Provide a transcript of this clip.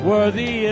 Worthy